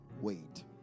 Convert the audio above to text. wait